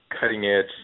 cutting-edge